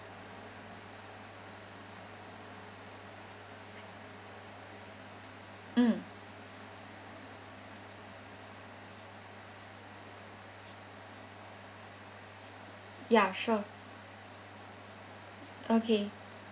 mm ya sure okay